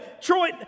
Troy